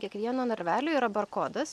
kiekvieno narvelio yra br kodas